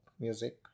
music